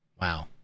Wow